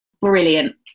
brilliant